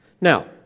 Now